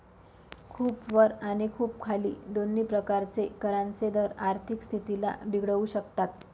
खूप वर आणि खूप खाली दोन्ही प्रकारचे करांचे दर आर्थिक स्थितीला बिघडवू शकतात